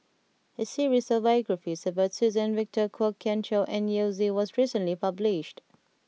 a series of biographies about Suzann Victor Kwok Kian Chow and Yao Zi was recently published